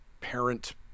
parent